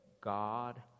God